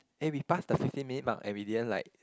eh we pass the fifteen minute mark and we didn't like